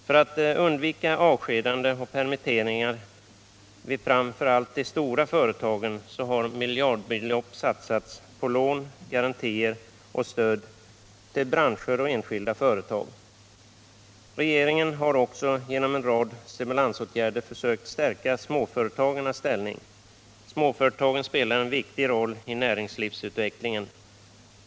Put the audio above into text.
För att undvika avskedanden och permitteringar vid framför allt de stora företagen har miljardbelopp satsats på lån, garantier och stöd till branscher och enskilda företag. Regeringen har också genom en rad stimulansåtgärder försökt stärka småföretagarnas ställning. Småföretagarna spelar en viktig roll i näringslivsutvecklingen.